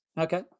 Okay